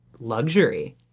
luxury